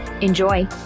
enjoy